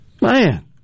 Man